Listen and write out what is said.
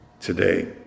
today